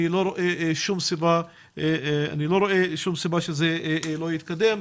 אני לא רואה שום סיבה שזה לא יתקדם,